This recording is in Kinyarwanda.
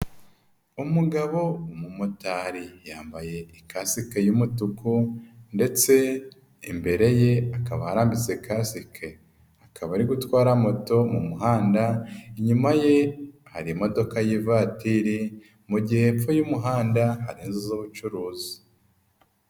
Umugabo w'umumotari yambaye ikasike y'umutuku ndetse imbere ye hakaba harambitse kasike. Akaba ari gutwara moto mu muhanda, inyuma ye hari imodoka iy'ivatiri, mu gihe hepfo y'umuhanda hari inzu z'ubucuruzi.